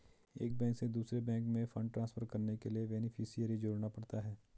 एक बैंक से दूसरे बैंक में फण्ड ट्रांसफर करने के लिए बेनेफिसियरी जोड़ना पड़ता है